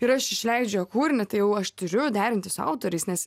ir aš išleidžiu jo kūrinį tai jau aš turiu derinti su autoriais nes